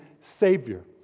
Savior